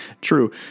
true